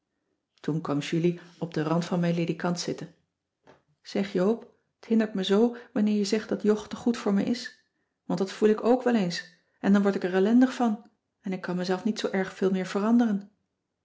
ledikant cissy van marxveldt de h b s tijd van joop ter heul zitten zeg joop t hindert me zoo wanneer je zegt dat jog te goed voor me is want dat voel ik ok wel eens en dan word ik er ellendig van en ik kan mezelf niet zoo erg veel meer veranderen